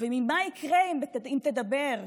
ומה יקרה אם תדבר.